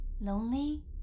Lonely